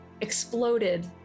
Exploded